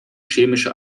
chemische